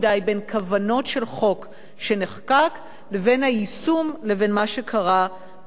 כוונות של חוק שנחקק לבין היישום ולבין מה שקרה בשטח.